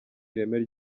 ireme